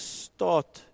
start